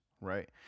Right